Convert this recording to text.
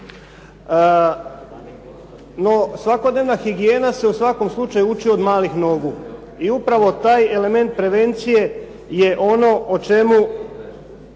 No, svakodnevna higijena se u svakom slučaju ući od malih nogu i upravo taj element prevencije je ono o čemu